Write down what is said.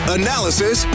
analysis